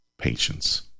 Patience